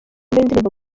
y’indirimbo